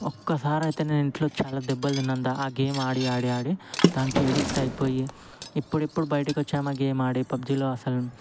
ఒక్కసారి అయితే నేనింట్లో చాలా దెబ్బలు తిన్నాను దా గేమ్ ఆడి ఆడి ఆడి దానికి ఎడిక్ట్ అయిపోయి ఇప్పుడిప్పుడు బయటకొచ్చాము ఆ గేమ్ ఆడి పబ్జీలో అసలు